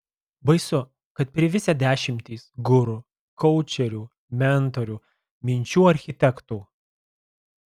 baisu kad privisę dešimtys guru koučerių mentorių minčių architektų